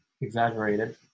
exaggerated